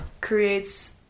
creates